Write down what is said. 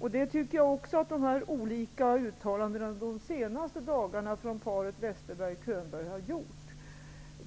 De olika uttalandena de senaste dagarna från paret Westerberg-Könberg har visat detta.